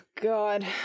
God